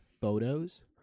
photos